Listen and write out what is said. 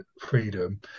freedom